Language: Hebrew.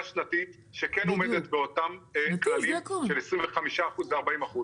שנתית שכן עומדת באותם כללים של 25% ו-40%,